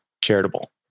charitable